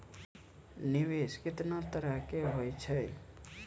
निवेश केतना तरह के होय छै?